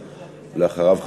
ולאחריו,